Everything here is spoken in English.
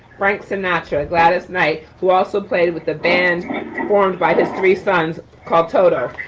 frank sinatra, gladys knight, who also played with the band formed by this three sons called toto.